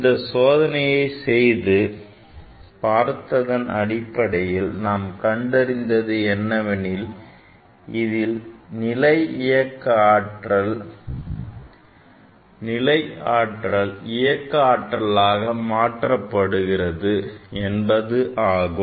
இந்த சோதனையை செய்து பார்த்ததன் அடிப்படையில் நாம் கண்டறிந்தது என்னவெனில் இதில் நிலை ஆற்றலை இயக்க ஆற்றலாக மாற்றப்படுகிறது என்பதாகும்